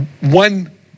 One